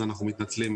אז אנחנו מתנצלים,